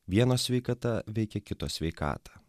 vieno sveikata veikia kito sveikatą